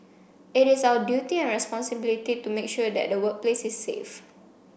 it is our duty and responsibility to make sure that the workplace is safe